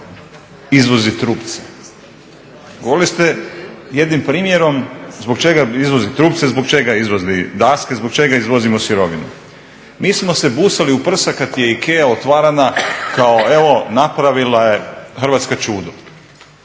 izvozi trupce. Govorili ste jednim primjerom zbog čega izvozi trupce, zbog čega izvozi daske, zbog čega izvozimo sirovine. Mi smo se busali u prsa kad je Ikea otvarana kao evo napravila je Hrvatska čudo,